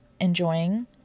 enjoying